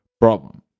problem